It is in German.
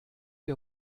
wir